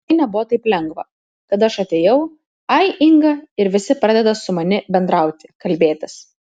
tai nebuvo taip lengva kad aš atėjau ai inga ir visi pradeda su mani bendrauti kalbėtis